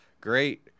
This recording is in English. Great